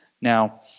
Now